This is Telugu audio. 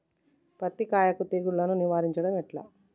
పత్తి కాయకు తెగుళ్లను నివారించడం ఎట్లా?